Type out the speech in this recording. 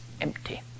empty